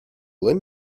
lend